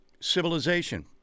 civilization